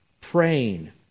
praying